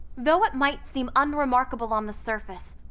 though it might seem unremarkable on the surface,